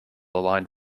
aligned